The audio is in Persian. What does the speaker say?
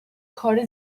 کار